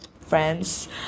friends